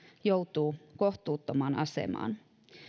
joutuu kohtuuttomaan asemaan